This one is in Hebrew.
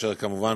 כאשר כמובן